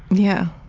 yeah.